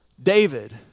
David